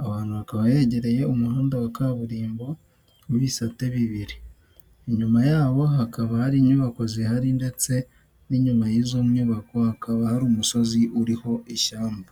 Ahantu hakaba hegereye umuhanda wa kaburimbo mubisate bibiri inyuma y'aho hakaba hari inyubako zihari ndetse nyuma y'izo nyubako hakaba hari umusozi uriho ishyamba.